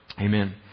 Amen